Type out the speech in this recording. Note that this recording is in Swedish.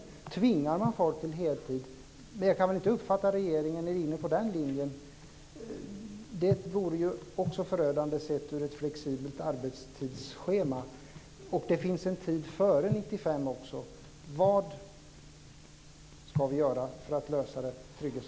Då tvingar man människor till heltid. Jag ska väl inte uppfatta att regeringen är inne på den linjen? Det vore förödande sett till ett flexibelt arbetstidsschema. Det finns också en tid före år 1995. Vad ska vi göra för att lösa trygghetsproblemet?